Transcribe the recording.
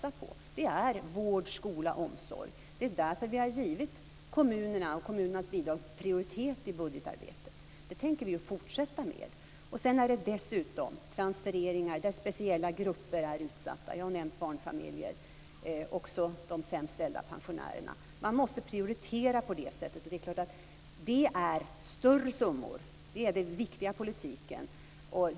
Det är vård, skola och omsorg. Därför har vi givit kommunerna och kommunernas bidrag prioritet i budgetarbetet. Det tänker vi fortsätta med. Dessutom handlar det om transfereringar då speciella grupper är utsatta. Jag har nämnt barnfamiljer. Det handlar också om de sämst ställda pensionärerna. Man måste prioritera på det sättet. Det är klart att det är större summor. Det är det viktiga i politiken.